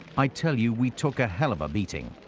i tell you, we took a hell of a beating.